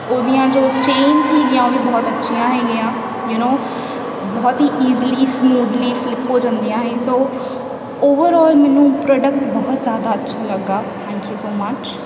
ਉਹਦੀਆਂ ਜੋ ਚੇਨ ਸੀਗੀਆਂ ਉਹ ਵੀ ਬਹੁਤ ਅੱਛੀਆਂ ਹੈਗੀਆਂ ਯੂ ਨੋ ਬਹੁਤ ਹੀ ਇਜ਼ੀਲੀ ਸਮੂਦਲੀ ਫਲਿਪ ਹੋ ਜਾਂਦੀਆਂ ਹੈ ਸੋ ਓਵਰਔਲ ਮੈਨੂੰ ਪ੍ਰੋਡਕਟ ਬਹੁਤ ਜ਼ਿਆਦਾ ਅੱਛਾ ਲੱਗਾ ਥੈਂਕ ਯੂ ਸੋ ਮਚ